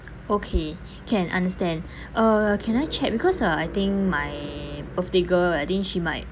okay can understand uh can I check because uh I think my birthday girl I think she might